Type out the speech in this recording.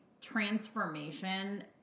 transformation